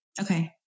Okay